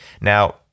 Now